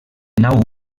nau